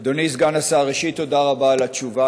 אדוני סגן השר, ראשית, תודה רבה על התשובה.